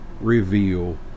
reveal